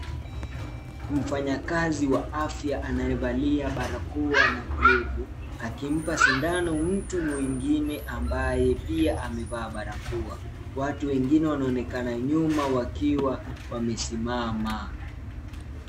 Mfanyakazi wa afya anayevalia barakoa, na glavu, akimpa sindano mtu mwingine ambaye pia amevaa barakoa. Watu wengine wanaonekana nyuma, wakiwa wamesimama.